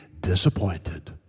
disappointed